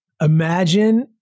Imagine